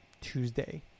Tuesday